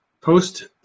post